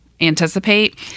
anticipate